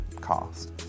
cost